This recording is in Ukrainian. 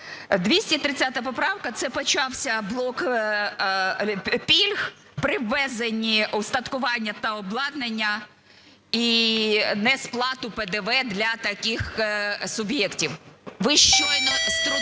230 поправка. Це почався блок пільг при ввезенні устаткування та обладнання і несплату ПДВ для таких суб'єктів. Ви щойно з трудом